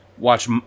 Watch